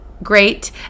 great